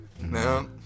No